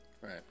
Right